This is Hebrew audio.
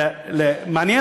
מעניין,